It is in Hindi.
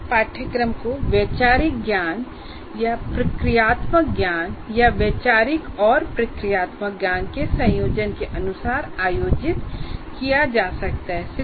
एक पाठ्यक्रम को वैचारिक ज्ञान या प्रक्रियात्मक ज्ञान या वैचारिक और प्रक्रियात्मक ज्ञान के संयोजन के अनुसार आयोजित किया जा सकता है